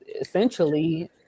essentially